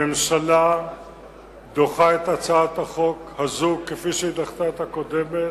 הממשלה דוחה את הצעת החוק הזאת כפי שדחתה את הקודמת.